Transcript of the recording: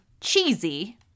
cheesy